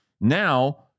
Now